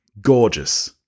Gorgeous